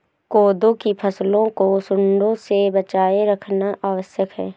कोदो की फसलों को टिड्डों से बचाए रखना आवश्यक है